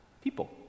people